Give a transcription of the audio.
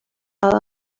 all